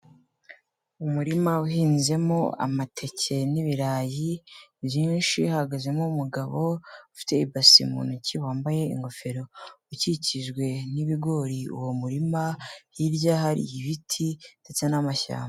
Umurima uhinzemo amateke n'ibirayi byinshi, hahagazemo umugabo ufite ibasi mu ntoki wambaye ingofero, ukikijwe n'ibigori, uwo murima, hirya hari ibiti ndetse n'amashyamba.